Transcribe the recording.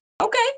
Okay